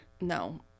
no